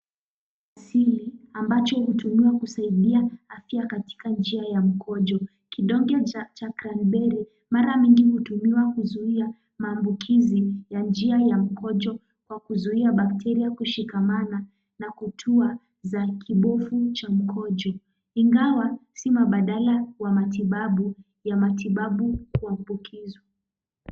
Hili ambacho hutumiwa kusaidia afya katika njia ya mkojo. Kidonge cha cranberry mara mingi hutumiwa kuzuia maambukizi ya njia ya mkojo kwa kuzuia bakteria kushikamana na kutua za kibofu cha mkojo. Ingawa si mabadala wa matibabu ya matibabu kuambukizwa.